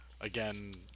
again